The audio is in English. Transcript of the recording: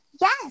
Yes